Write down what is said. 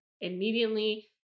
immediately